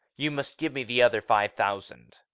you must give me the other five thousand.